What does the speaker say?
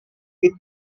with